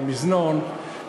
במזנון,